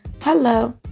Hello